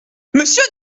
monsieur